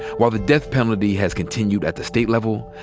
while the death penalty has continued at the state level,